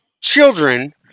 children